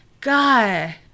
God